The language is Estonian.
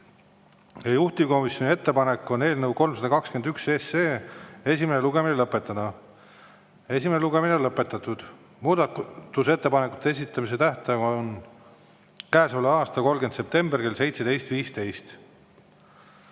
Juhtivkomisjoni ettepanek on eelnõu 321 esimene lugemine lõpetada. Esimene lugemine on lõpetatud. Muudatusettepanekute esitamise tähtaeg on käesoleva aasta 30. september kell 17.15.